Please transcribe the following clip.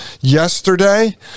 yesterday